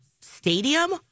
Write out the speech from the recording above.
Stadium